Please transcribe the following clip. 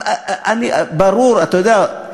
ברור, אתה יודע,